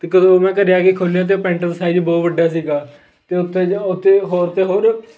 ਅਤੇ ਕਦੋਂ ਮੈਂ ਘਰ ਆ ਕੇ ਖੋਲ੍ਹਿਆ ਅਤੇ ਉਹ ਪੈਂਟ ਦਾ ਸਾਈਜ਼ ਬਹੁਤ ਵੱਡਾ ਸੀਗਾ ਅਤੇ ਉੱਥੇ ਉੱਥੇ ਹੋਰ ਅਤੇ ਹੋਰ